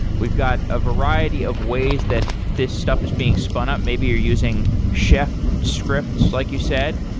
we've got a variety of ways that this stuff has being spun up. maybe you're using shift scripts like you said.